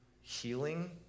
healing